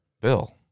Bill